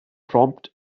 prompt